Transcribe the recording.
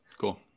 Cool